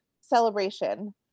celebration